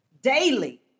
Daily